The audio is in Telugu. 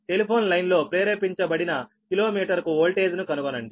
టెలిఫోన్ లైన్లో ప్రేరేపించబడిన కిలోమీటరుకు వోల్టేజ్ను కనుగొనండి